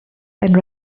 and